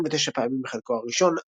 עשרים ותשע פעמים בחלקו הראשון,